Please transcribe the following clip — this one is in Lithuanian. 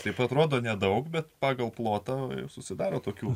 kaip atrodo nedaug bet pagal plotą susidaro tokių